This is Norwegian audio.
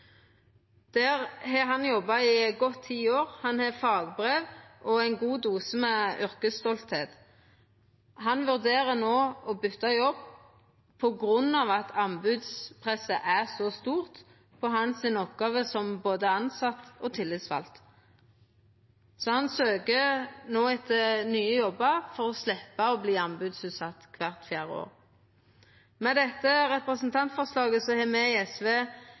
Der har han jobba i ti år. Han har fagbrev og ein god dose med yrkesstoltheit. Han vurderer no å byta jobb på grunn av at anbodspresset er så stort på oppgåva hans som både tilsett og tillitsvald. Så han søkjer no etter ny jobb for å sleppa å verta sett ut på anbod kvart fjerde år. Med dette representantforslaget har me i SV